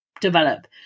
develop